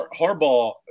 Harbaugh